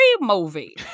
movie